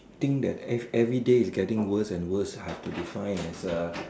think that if everyday is getting worse and worse I have to define as a